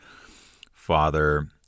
Father